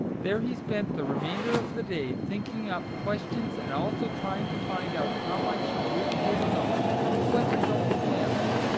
there he spent the remainder of the day thinking up questions and also trying to find out how much he really did know about his own family.